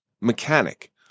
mechanic